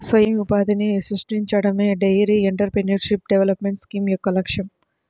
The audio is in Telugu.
స్వయం ఉపాధిని సృష్టించడమే డెయిరీ ఎంటర్ప్రెన్యూర్షిప్ డెవలప్మెంట్ స్కీమ్ యొక్క లక్ష్యం